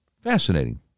Fascinating